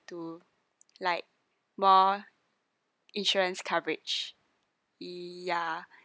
into like more insurance coverage yeah